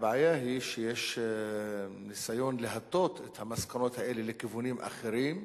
הבעיה היא שיש ניסיון להטות את המסקנות האלה לכיוונים אחרים,